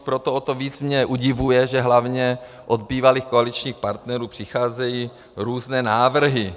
Proto o to víc mě udivuje, že hlavně od bývalých koaličních partnerů přicházejí různé návrhy.